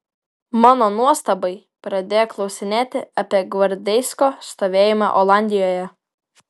mano nuostabai pradėjo klausinėti apie gvardeisko stovėjimą olandijoje